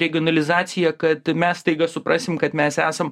regionalizaciją kad mes staiga suprasim kad mes esam